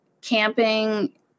camping